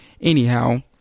anyhow